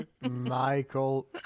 Michael